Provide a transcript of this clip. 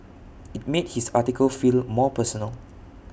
IT made his article feel more personal